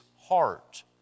heart